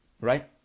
right